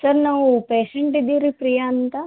sir ನಾವು patient ಇದ್ದೀವಿ ರೀ ಪ್ರಿಯಾ ಅಂತ